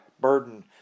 burden